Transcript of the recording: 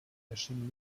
erschien